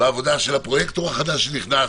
בעבודה של הפרויקטור החדש שנכנס.